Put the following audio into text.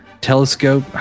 Telescope